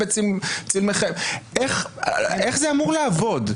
איך זה אמור לעבוד?